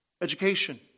Education